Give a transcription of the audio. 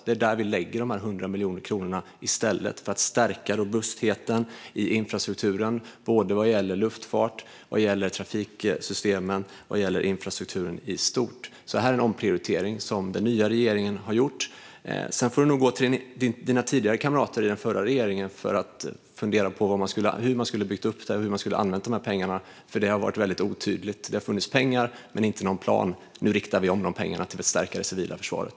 Det är där vi lägger dessa 100 miljoner kronor för att i stället stärka robustheten i infrastrukturen vad gäller luftfart, trafiksystemen och infrastrukturen i stort. Detta är alltså en omprioritering som den nya regeringen har gjort. Sedan får nog Adrian Magnusson gå till sina tidigare kamrater i den förra regeringen för att fundera på hur man skulle ha byggt upp detta och hur man skulle ha använt dessa pengar. Det har nämligen varit väldigt otydligt. Det har funnits pengar men inte någon plan. Nu riktar vi om dessa pengar till att stärka det civila försvaret.